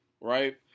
right